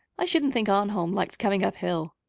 i shouldn't think arnholm liked coming up-hill.